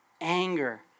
anger